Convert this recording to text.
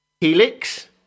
Helix